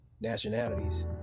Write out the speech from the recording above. nationalities